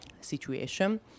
situation